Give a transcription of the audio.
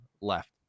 left